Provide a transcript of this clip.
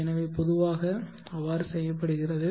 எனவே பொதுவாக அவ்வாறு செய்யப்படுகிறது